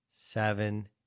seven